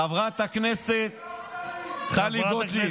חברת הכנסת טלי גוטליב,